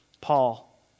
Paul